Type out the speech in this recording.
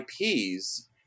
IPs